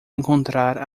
encontrar